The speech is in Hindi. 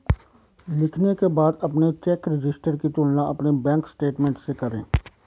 लिखने के बाद अपने चेक रजिस्टर की तुलना अपने बैंक स्टेटमेंट से करें